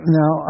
now